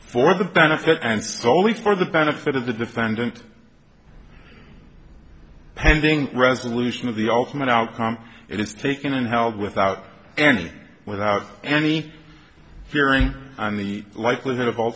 for the benefit and solely for the benefit of the defendant pending resolution of the ultimate outcome it's taken and held without any without any fearing on the likelihood of